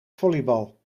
volleybal